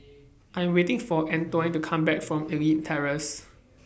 I'm waiting For Antione to Come Back from Elite Terrace